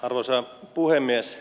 arvoisa puhemies